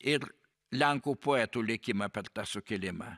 ir lenkų poeto likimą per tą sukilimą